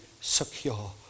secure